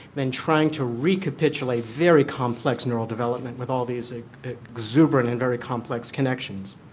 than trying to recapitulate very complex neural development with all these exuberant and very complex connections.